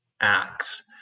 acts